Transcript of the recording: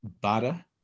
butter